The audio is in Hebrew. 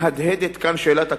מהדהדת כאן שאלת הכפילות,